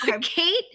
Kate